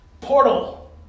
portal